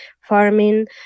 Farming